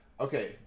Okay